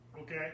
Okay